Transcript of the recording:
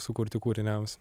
sukurti kūriniams